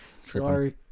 Sorry